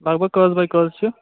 لگ بھگ کٔژ بے کٔژ چھُ